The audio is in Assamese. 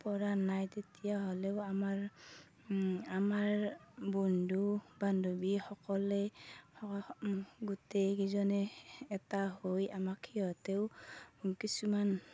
পৰা নাই তেতিয়াহ'লেও আমাৰ আমাৰ বন্ধু বান্ধৱীসকলে গোটেই কেইজনে এটা হৈ আমাক সিহঁতেও আমাক কিছুমান